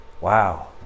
Wow